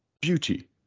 beauty